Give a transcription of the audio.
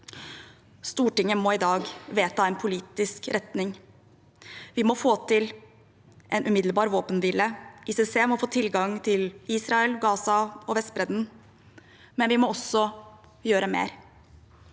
Stortinget må i dag vedta en politisk retning. Vi må få til en umiddelbar våpenhvile. ICC må få tilgang til Israel, Gaza og Vestbredden. Men vi må også gjøre mer.